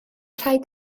rhaid